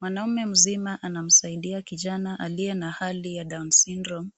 Mwanaume mzima anamsaidia kijana aliye na hali ya down syndrome